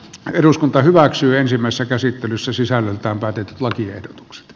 eduskunta hyväksyy ensimmäistä käsittelyssä sisällöltään päätetyt lakiehdotukset